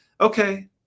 Okay